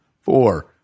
four